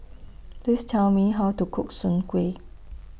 Please Tell Me How to Cook Soon Kuih